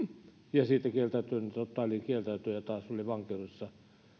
ja siitä kieltäytyneitä totaalikieltäytyjiä taas oli vankilassa